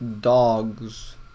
dogs